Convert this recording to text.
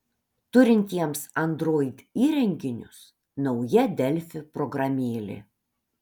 turintiems android įrenginius nauja delfi programėlė